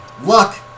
luck